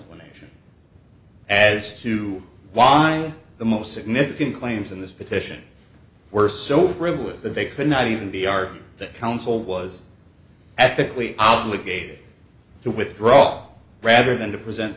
explanation as to why the most significant claims in this petition were so frivolous that they could not even be argued that counsel was ethically obligated to withdraw rather than to present